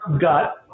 got